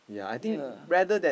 yea